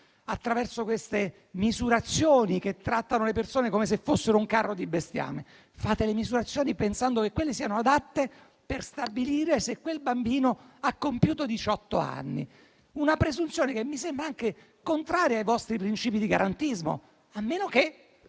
attraverso queste misurazioni che trattano le persone come se fossero bestiame. Fate le misurazioni pensando che quelle siano adatte per stabilire se quel bambino abbia compiuto diciotto anni. Una presunzione che mi sembra anche contraria ai vostri principi di garantismo, a meno che